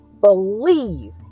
believe